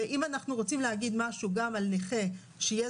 אם אנחנו רוצים להגיד משהו גם על נכה שיהיה